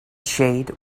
shade